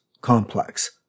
complex